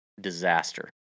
disaster